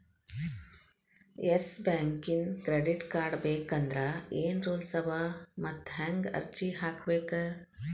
Yes ಬ್ಯಾಂಕಿನ್ credit card ಬೇಕಂದ್ರ ಏನ್ ರೂಲ್ಸವ ಮತ್ತ್ ಹೆಂಗ್ ಅರ್ಜಿ ಹಾಕ್ಬೇಕ?